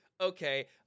okay